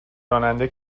راننده